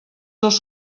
els